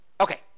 Okay